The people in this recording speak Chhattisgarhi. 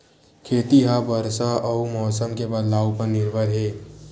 खेती हा बरसा अउ मौसम के बदलाव उपर निर्भर हे